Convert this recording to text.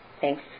thanks